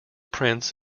prince